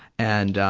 and, um,